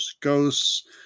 ghosts